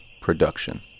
production